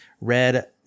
Red